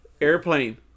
Airplane